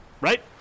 right